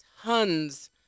tons